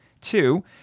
two